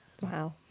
Wow